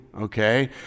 okay